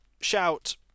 shout